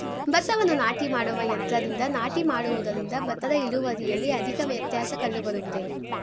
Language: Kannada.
ಭತ್ತವನ್ನು ನಾಟಿ ಮಾಡುವ ಯಂತ್ರದಿಂದ ನಾಟಿ ಮಾಡುವುದರಿಂದ ಭತ್ತದ ಇಳುವರಿಯಲ್ಲಿ ಅಧಿಕ ವ್ಯತ್ಯಾಸ ಕಂಡುಬರುವುದೇ?